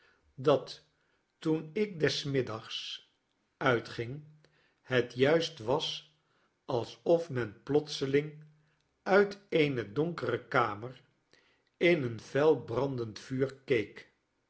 dat toen ik des middags uitging het juist was alsof men plotseling uit eene donkere kamer in een fel brandendvuur